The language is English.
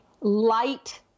light